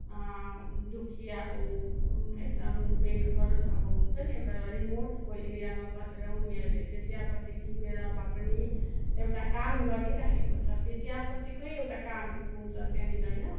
दुःखी अब एकदम बेघर अब हुन्छ नि एउटा अब रिमोटको एरियामा बसेर उनीहरूले त्यो चियापत्ती टिपेर भए पनि एउटा काम गरिराखेको छ त्यो चियापत्तीकै एउटा काम हुन्छ त्यहाँनेर होइन